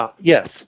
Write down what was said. Yes